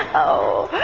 oh,